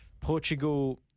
Portugal